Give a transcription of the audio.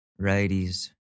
righties